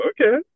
Okay